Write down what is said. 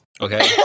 Okay